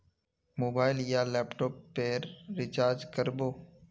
Mobile या laptop पेर recharge कर बो?